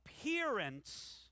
appearance